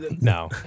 no